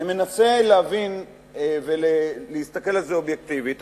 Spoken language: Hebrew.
אני מנסה להבין ולהסתכל על זה אובייקטיבית.